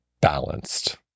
balanced